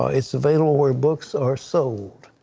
ah it's available where books are sold.